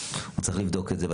הוא צריך לבדוק את זה.